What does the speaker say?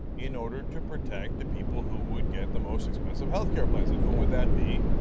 in order to protect the people who would get the most expensive health care plans, and who would that be?